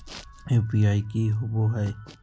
UPI की होवे है?